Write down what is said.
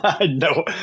No